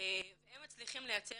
והם אלה שמצליחים ליצור